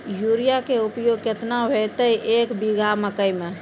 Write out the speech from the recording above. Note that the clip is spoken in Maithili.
यूरिया के उपयोग केतना होइतै, एक बीघा मकई मे?